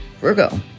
Virgo